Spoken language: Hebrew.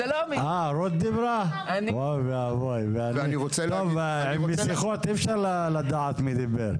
טוב, עם מסכות אי אפשר לדעת מי דיבר.